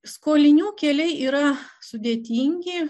skolinių keliai yra sudėtingi